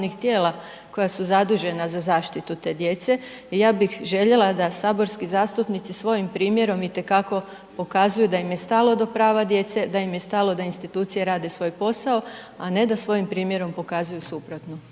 koja su zadužena za zaštitu te djece. Ja bih željela da saborski zastupnici svojim primjerom itekako pokazuju da im je stalo do prava djece, da im je stalo da institucije rade svoj posao, a ne da svojim primjerom pokazuju suprotno.